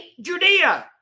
Judea